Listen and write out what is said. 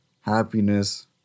happiness